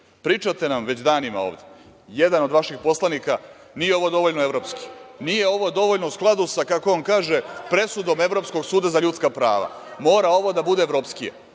nam već danima ovde, jedan od vaših poslanika – nije ovo dovoljno evropski, nije ovo dovoljno u skladu, kako on kaže, sa presudom Evropskog suda za ljudska prava, mora ovo da bude evropskije,